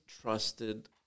trusted